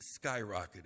skyrocketed